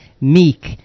meek